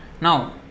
Now